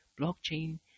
Blockchain